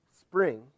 spring